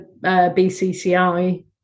BCCI